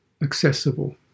accessible